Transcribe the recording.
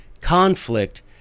conflict